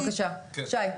בבקשה, שי.